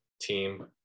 Team